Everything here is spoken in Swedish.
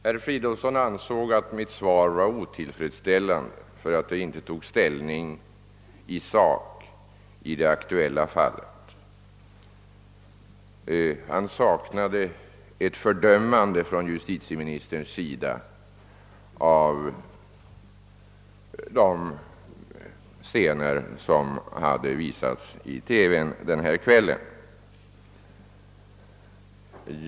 Herr Fridolfsson ansåg att mitt svar var otillfredsställande eftersom det inte tog ställning i sak i det aktuella fallet. Han saknade »ett fördömande från justitieministerns sida» av de scener som hade visats i TV denna kväll.